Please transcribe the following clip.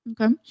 Okay